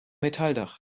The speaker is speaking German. metalldach